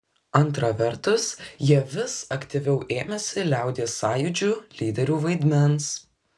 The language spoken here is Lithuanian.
antra vertus jie vis aktyviau ėmėsi liaudies sąjūdžių lyderių vaidmens